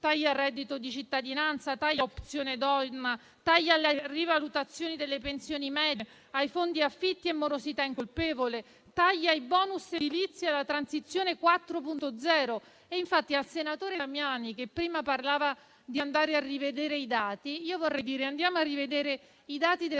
tagli al reddito di cittadinanza, tagli ad opzione donna, tagli alle rivalutazioni delle pensioni medie, ai fondi per affitti e morosità incolpevole, tagli ai *bonus* edilizi e alla transizione 4.0. Infatti, al senatore Damiani, che prima parlava di andare a rivedere i dati, vorrei dire di andare a rivedere i dati del